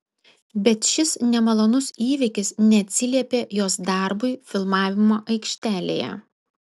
bet šis nemalonus įvykis neatsiliepė jos darbui filmavimo aikštelėje